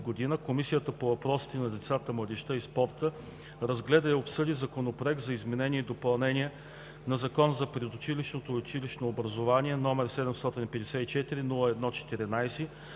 Комисията по въпросите на децата, младежта и спорта разгледа и обсъди Законопроект за изменение и допълнение на Закона за предучилищното и училищното образование, № 754-01-14,